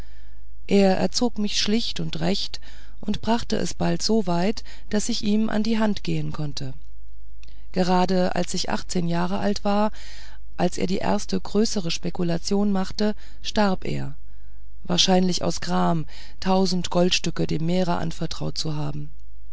er erzog mich schlicht und recht und brachte es bald so weit daß ich ihm an die hand gehen konnte gerade als ich achtzehn jahr alt war als er die erste größere spekulation machte starb er wahrscheinlich aus gram tausend goldstücke dem meere anvertraut zu haben